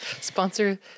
Sponsor